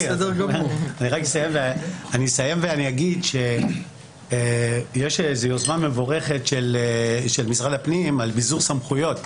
אסיים ואגיד שיש איזו יוזמה מבורכת של משרד הפנים על ביזור סמכויות.